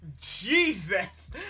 Jesus